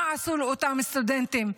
מה עשו לאותם סטודנטים,